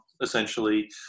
essentially